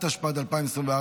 התשפ"ד 2024,